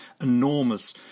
enormous